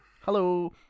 Hello